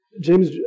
James